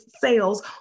sales